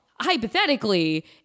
hypothetically